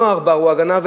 לא העכבר הוא הגנב,